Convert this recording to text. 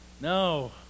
No